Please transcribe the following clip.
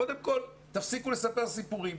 קודם כל תפסיקו לספר סיפורים.